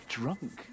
drunk